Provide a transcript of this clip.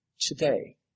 Today